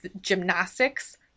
Gymnastics